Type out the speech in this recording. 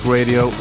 Radio